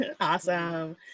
Awesome